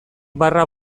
barra